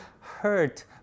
hurt